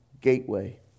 Gateway